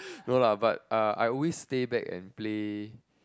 no lah but ah I always stay back and play